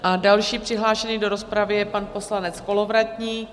A další přihlášený do rozpravy je pan poslanec Kolovratník.